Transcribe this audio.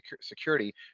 security